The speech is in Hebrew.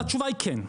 אז התשובה היא כן.